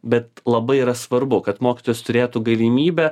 bet labai yra svarbu kad mokytojas turėtų galimybę